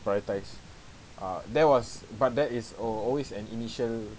prioritise ah there was but there is uh always an initial